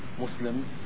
Muslims